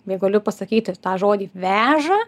jei galiu pasakyti tą žodį veža